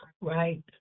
right